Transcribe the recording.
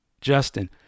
justin